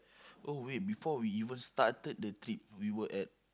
oh wait before we even started the trip we were at